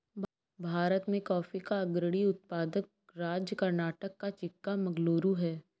भारत में कॉफी का अग्रणी उत्पादक राज्य कर्नाटक का चिक्कामगलूरू है